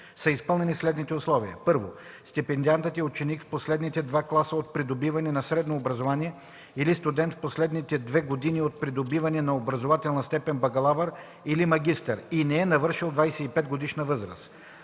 са изпълнени следните условия: 1. стипендиантът е ученик в последните два класа от придобиване на средно образование или студент в последните две години от придобиване на образователна степен „бакалавър” или „магистър” и не е навършил 25-годишна възраст;